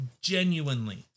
genuinely